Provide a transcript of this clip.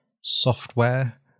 software